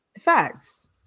facts